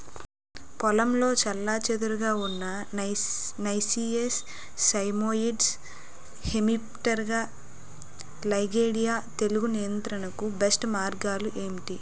పొలంలో చెల్లాచెదురుగా ఉన్న నైసియస్ సైమోయిడ్స్ హెమిప్టెరా లైగేయిడే తెగులు నియంత్రణకు బెస్ట్ మార్గాలు ఏమిటి?